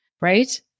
right